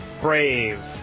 Brave